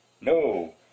No